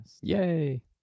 Yay